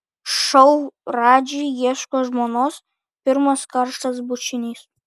šou radži ieško žmonos pirmas karštas bučinys